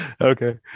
okay